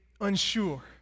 unsure